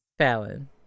Fallon